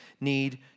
need